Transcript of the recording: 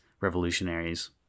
revolutionaries